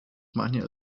manuel